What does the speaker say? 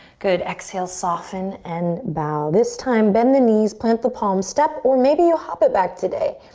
good, exhale, soften and bow. this time bend the knees, plant the palms step or maybe you hop it back today.